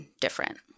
different